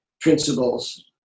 principles